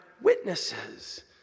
witnesses